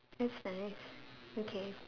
that's nice okay